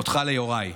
אותך ליוראי.